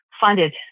funded